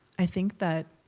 i think that,